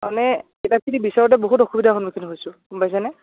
আমি কিতাপখিনি বিচাৰোতে বহুত অসুবিধা সন্মুখীন হৈছো গম পাইছেনে